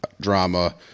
drama